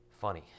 Funny